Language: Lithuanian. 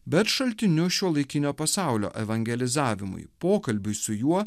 bet šaltiniu šiuolaikinio pasaulio evangelizavimui pokalbiui su juo